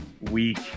week